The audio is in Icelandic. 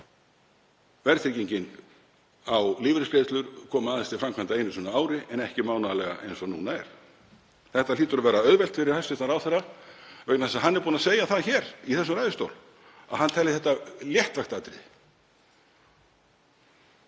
verðtryggingin á lífeyrisgreiðslur komi aðeins til framkvæmda einu sinni á ári en ekki mánaðarlega eins og núna er. Það hlýtur að vera auðvelt fyrir hæstv. ráðherra vegna þess að hann er búinn að segja það í þessum ræðustól að hann telji þetta léttvægt atriði